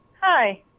hi